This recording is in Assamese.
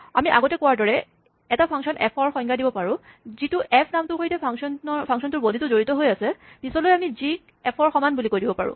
আমি আগতে কোৱাৰ দৰে এটা ফাংচন এফ ৰ সংজ্ঞা দিব পাৰোঁ যিটো এফ নামটোৰ সৈতে ফাংচনটোৰ বডীটো জড়িত হৈ আছে পিচলৈ আমি জি ক এফ ৰ সমান বুলি ক'ব পাৰোঁ